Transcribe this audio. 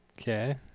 Okay